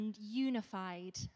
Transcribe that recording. Unified